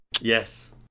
Yes